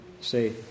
say